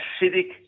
acidic